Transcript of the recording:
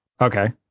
Okay